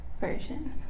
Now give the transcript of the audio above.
version